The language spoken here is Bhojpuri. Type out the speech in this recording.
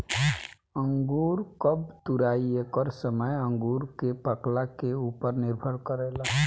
अंगूर कब तुराई एकर समय अंगूर के पाकला के उपर निर्भर करेला